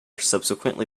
subsequently